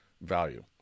value